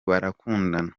barakundana